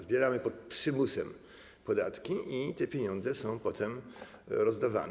Zbieramy pod przymusem podatki i te pieniądze są potem rozdawane.